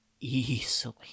easily